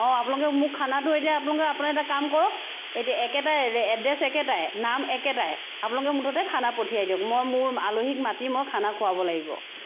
অঁ আপোনালোকে মোৰ খানাটো এতিয়া আপোনালোকে আপুনি এটা কাম কৰক এতিয়া একেটাই এড্ৰেছ একেটাই নাম একেটাই আপোনালোকে মুঠতে খানা পঠিয়াই দিয়ক মই মোৰ আলহীক মাতি মই খানা খুৱাব লাগিব